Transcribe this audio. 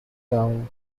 down